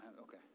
okay